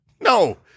No